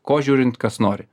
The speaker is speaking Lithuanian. ko žiūrint kas nori